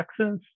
Texas